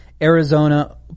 Arizona